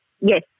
yes